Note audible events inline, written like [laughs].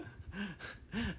[laughs]